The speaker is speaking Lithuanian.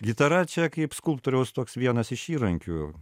gitara čia kaip skulptūriaus toks vienas iš įrankių